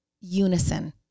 unison